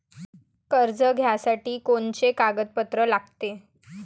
कर्ज घ्यासाठी कोनचे कागदपत्र लागते?